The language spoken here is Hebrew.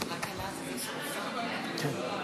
חבריי חברי הכנסת, חבר הכנסת דודי אמסלם, הצעת חוק